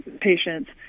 patients